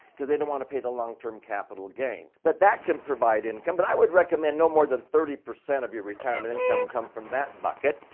because they don't want to pay the long term capital gain. but that can provide income. but i would recommend no more than thirty percent of your retirement income come from that bucket.